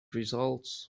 results